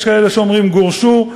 יש כאלה שאומרים גורשו,